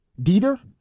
Dieter